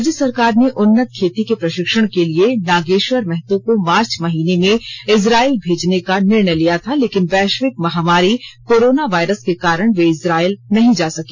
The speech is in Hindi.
राज्य सरकार ने उन्नत खेती के प्रषिक्षण के लिए नागेष्वर महतो को मार्च महीने में इजरायल भेजने का निर्णय था लेकिन वैष्यिक महामारी कोरोना वायरस के कारण वे इजरायल नहीं जा सके